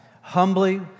Humbly